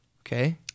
Okay